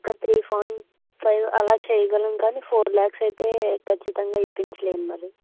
ఒక three point five అలాగ చేయగలం కానీ ఫోర్ ల్యాక్స్ అయితే ఖచ్చితంగా ఇప్పించలేం మరి